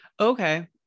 Okay